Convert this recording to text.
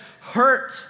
hurt